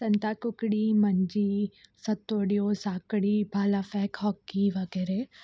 સંતાકૂકડી મંજી સતોડિયું સાંકળી ભાલા ફેંક હોકી વગેરે